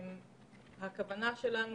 הכוונה שלנו